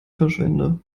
verschwinde